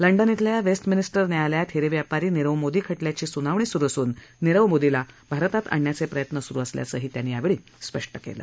London इथल्या Westminster न्यायालयात हिरे व्यापारी निरव मोदी खटल्याची स्नावणी स्रु असून निरव मोदीला भारतात आणण्याचे प्रयत्न स्रु असल्याचंही ते म्हणाले